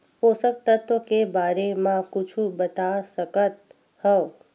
पोषक तत्व के बारे मा कुछु बता सकत हवय?